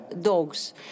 dogs